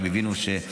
כי הם הבינו שהמשרד,